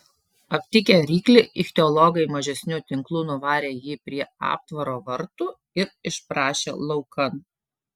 aptikę ryklį ichtiologai mažesniu tinklu nuvarė jį prie aptvaro vartų ir išprašė laukan